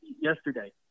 yesterday